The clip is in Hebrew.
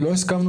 הסכמנו.